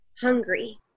hungry